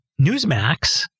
Newsmax